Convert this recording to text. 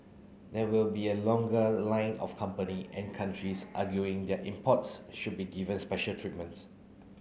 there will be a longer line of company and countries arguing their imports should be given special treatments